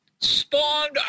spawned